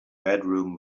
bedroom